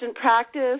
practice